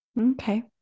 Okay